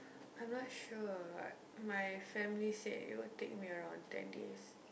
I'm not sure my family say it will take me around ten days